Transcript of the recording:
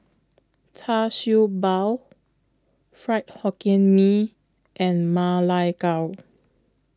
Char Siew Bao Fried Hokkien Mee and Ma Lai Gao